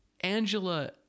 angela